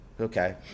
Okay